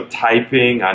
typing